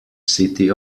city